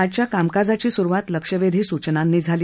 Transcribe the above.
आजच्या कामकाजाची सुरुवात लक्षवेधी सुचनांनी झाली